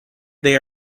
they